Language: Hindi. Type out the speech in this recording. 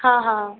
हाँ हाँ